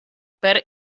per